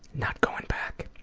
not going back.